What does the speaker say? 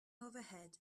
overhead